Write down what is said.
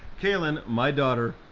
kailyn my daughter,